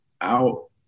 out